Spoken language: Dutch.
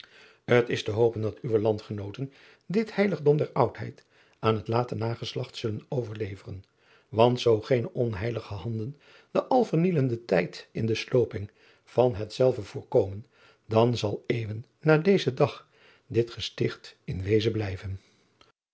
t s te hopen dat uwe landgenooten dit eiligdom der udheid aan het late nageslacht zullen overleveren want zoo geene onheilige handen den alvernielenden tijd in de slooping van hetzelve voorkomen dan zal euwen na dezen dag dit gesticht in wezen blijven